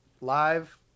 live